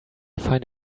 find